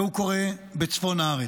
והוא קורה בצפון הארץ.